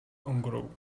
өнгөрөв